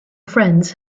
friends